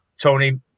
tony